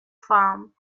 farm